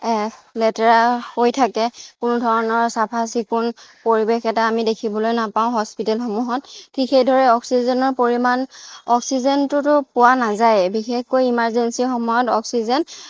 লেতেৰা হৈ থাকে কোনো ধৰণৰ চাফা চিকুণ পৰিৱেশ এটা আমি দেখিবলৈ নাপাওঁ হস্পিতেলসমূহত ঠিক সেইদৰে অক্সিজেনৰ পৰিমাণ অক্সিজেনটোতো পোৱা নাযায়েই বিশেষকৈ ইমাৰজেঞ্চি সময়ত অক্সিজেন